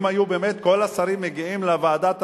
אם היו באמת כל השרים מגיעים לוועדת השרים,